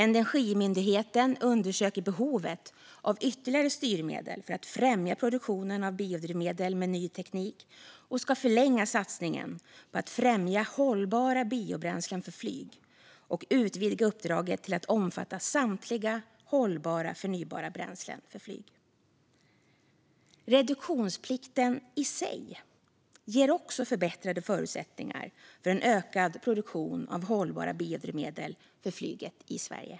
Energimyndigheten undersöker behovet av ytterligare styrmedel för att främja produktionen av biodrivmedel med ny teknik och ska förlänga satsningen på att främja hållbara biobränslen för flyg och utvidga uppdraget till att omfatta samtliga hållbara förnybara bränslen för flyg. Reduktionsplikten i sig ger också förbättrade förutsättningar för en ökad produktion av hållbara biodrivmedel för flyget i Sverige.